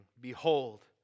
Behold